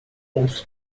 outros